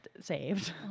saved